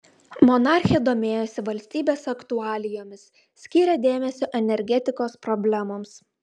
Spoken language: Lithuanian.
monarchė domėjosi valstybės aktualijomis skyrė dėmesio energetikos problemoms